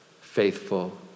faithful